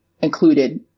included